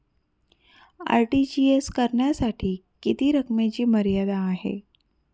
RTGS करण्यासाठी किती रकमेची मर्यादा आहे?